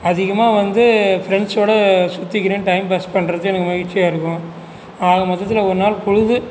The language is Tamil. அதிகமாக வந்து ஃப்ரெண்ட்ஸோடய சுற்றிக்கின்னு டைம் பாஸ் பண்ணுறது எனக்கு மகிழ்ச்சியாருக்கும் ஆக மொத்தத்தில் ஒரு நாள் பொழுது